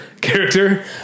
Character